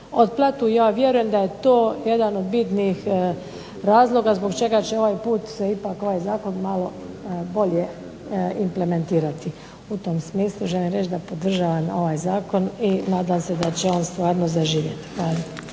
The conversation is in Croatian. otplatu i ja vjerujem da je to jedan od bitnih razloga zbog čega će ovaj put se ipak ovaj zakon malo bolje implementirati. U tom smislu želim reći da podržavam ovaj zakon i nadam se da će on stvarno zaživjeti. Hvala